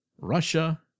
Russia